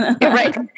right